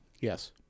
Yes